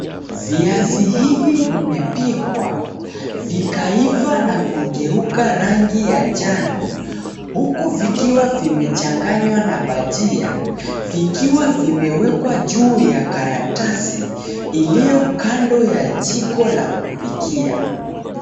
Viazi hi𝑣𝑖 vimepikwa, vikaiva na kugeuka rangi ya njano, huku vikiwa vimechanganywa na bhajia, 𝑣𝑖ikiwa vimewekwa juu ya karatasi, iliyo kando ya jiko la kupikia .